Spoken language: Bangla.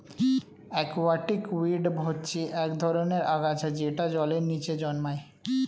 অ্যাকুয়াটিক উইড হচ্ছে এক ধরনের আগাছা যেটা জলের নিচে জন্মায়